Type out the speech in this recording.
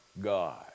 God